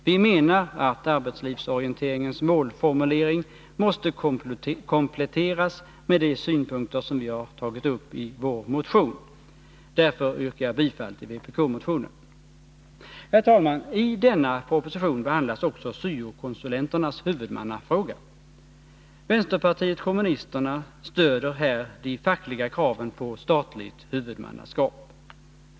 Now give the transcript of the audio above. Vi menar att arbetslivsorienteringens målformulering måste kompletteras med de synpunkter som vi har tagit upp i vår motion. Därför yrkar jag bifall till vpk-motionen. Herr talman! I denna proposition behandlas också syo-konsulenternas huvudmannafråga. Vpk stöder här de fackliga kraven på statligt huvudmannaskap.